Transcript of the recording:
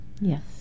Yes